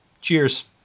Cheers